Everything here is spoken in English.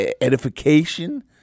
edification